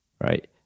right